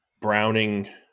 browning